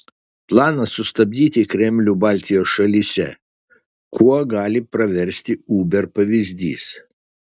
planas sustabdyti kremlių baltijos šalyse kuo gali praversti uber pavyzdys